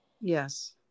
Yes